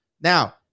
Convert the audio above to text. Now